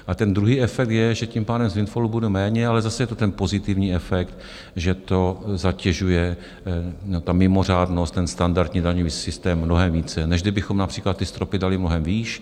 A ten druhý efekt je, že tím pádem z windfallu bude méně, ale zase je to ten pozitivní efekt, že to zatěžuje ta mimořádnost, standardní daňový systém mnohem více, než kdybychom například ty stropy dali mnohem výš.